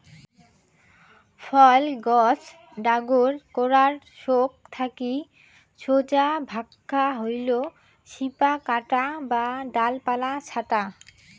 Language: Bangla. ফল গছ ডাগর করার সৌগ থাকি সোজা ভাক্কা হইল শিপা কাটা বা ডালপালা ছাঁটা